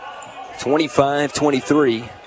25-23